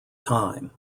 time